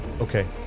Okay